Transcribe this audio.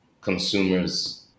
consumers